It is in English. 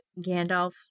Gandalf